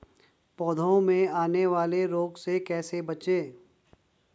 पौधों में आने वाले रोग से कैसे बचें?